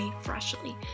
Freshly